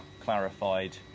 clarified